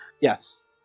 Yes